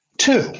Two